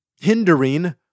hindering